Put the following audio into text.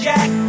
Jack